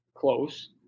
close